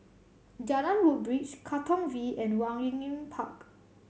Jalan Woodbridge Katong V and Waringin Park